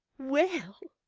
well!